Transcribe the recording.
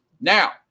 Now